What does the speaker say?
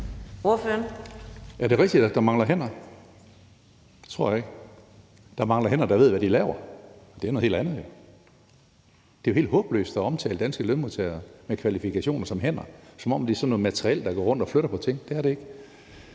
Er det rigtigt, at der mangler hænder? Det tror jeg ikke. Der mangler hænder, der ved, hvad de laver. Og det er noget helt andet. Det er jo helt håbløst at omtale danske lønmodtagere med kvalifikationer som hænder, som om det er noget materiel, der går rundt og flytter på ting. Det er det ikke.